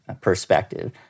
perspective